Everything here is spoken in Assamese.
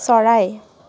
চৰাই